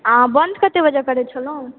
आ बन्द कतेक बजे करै छलहुॅं